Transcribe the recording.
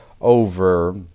over